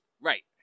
Right